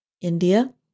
India